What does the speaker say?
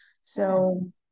So-